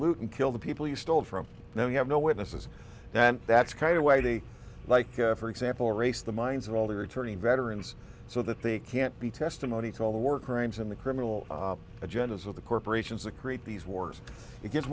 loot and kill the people you stole from no you have no witnesses and that's kind of whitey like for example race the minds of all the returning veterans so that they can't be testimony to all the war crimes and the criminal agendas of the corporations to create these wars it get